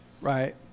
right